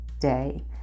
day